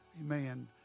Amen